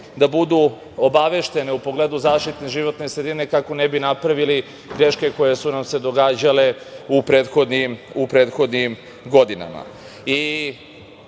da budu obaveštene u pogledu zaštite životne sredine, kako ne bi napravili greške koje su nam se događale u prethodnim godinama. Vi